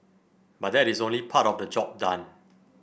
but that is only part of the job done